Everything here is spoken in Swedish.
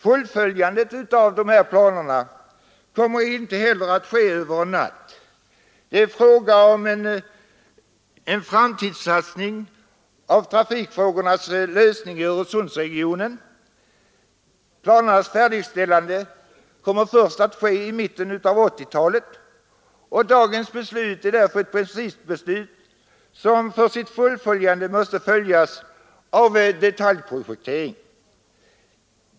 Fullföljandet av de här planerna kommer inte heller att ske över en natt. Det är fråga om en framtidssatsning på trafikfrågornas lösning i Öresundsregionen. Färdigställandet kommer att ske först i mitten av 1980-talet, och dagens beslut är därför ett principbeslut som för sitt fullföljande kräver detaljprojektering.